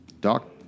Doc